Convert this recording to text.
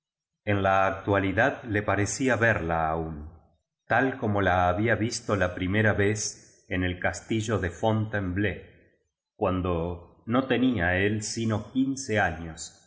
en la actualidad le parecía verla aúu tal como la había visto la primera vez en el castillo de fontainebleau cuando no tenía él sino quince años